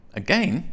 again